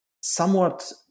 somewhat